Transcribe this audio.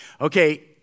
Okay